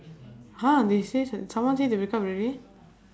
!huh! they say someone say they break up already